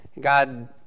God